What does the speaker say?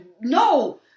No